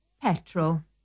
Petrol